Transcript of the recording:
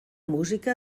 música